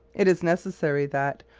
it is necessary that,